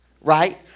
right